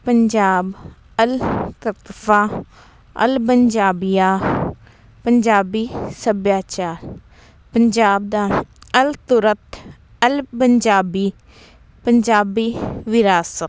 ਪੰਜਾਬ ਅਲ ਤਪਸਾ ਅਲ ਪੰਜਾਬੀਆ ਪੰਜਾਬੀ ਸੱਭਿਆਚਾਰ ਪੰਜਾਬ ਦਾ ਅਲਤੁਰਭ ਅਲ ਪੰਜਾਬੀ ਵਿਰਾਸਤ